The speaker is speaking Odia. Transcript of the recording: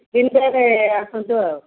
ତିନିଟାରେ ଆସନ୍ତୁ ଆଉ